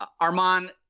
Armand